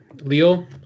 Leo